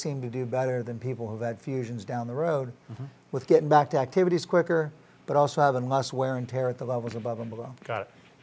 seem to do better than people that fusions down the road with getting back to activities quicker but also having less wear and tear at the levels above and below